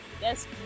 Yes